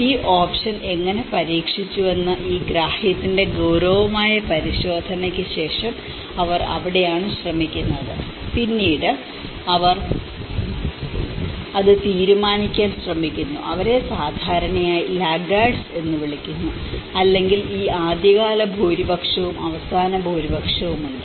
ഈ ഓപ്ഷൻ എങ്ങനെ പരീക്ഷിച്ചുവെന്ന് ഈ ഗ്രാഹ്യത്തിന്റെ ഗൌരവമായ പരിശോധനയ്ക്ക് ശേഷം അവർ അവിടെയാണ് ശ്രമിക്കുന്നത് പിന്നീട് അവർ അത് തീരുമാനിക്കാൻ ശ്രമിക്കുന്നു അവരെ സാധാരണയായി ലാഗർഡ്സ് എന്ന് വിളിക്കുന്നു അല്ലെങ്കിൽ ഈ ആദ്യകാല ഭൂരിപക്ഷവും അവസാന ഭൂരിപക്ഷവും ഉണ്ട്